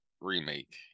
remake